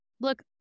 Look